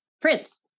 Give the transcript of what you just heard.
Prince